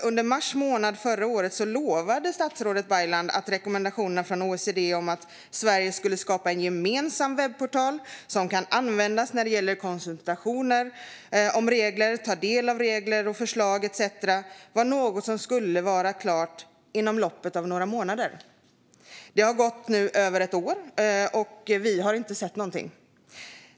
Under mars månad förra året lovade statsrådet Baylan att den gemensamma webbportal som OECD rekommenderade Sverige att skapa för konsultationer och för att man ska kunna ta del regler och förslag etcetera skulle vara klar inom loppet av några månader. Det har nu gått över ett år, och vi har inte sett någon sådan.